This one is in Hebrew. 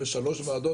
בשלוש וועדות,